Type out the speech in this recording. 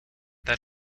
that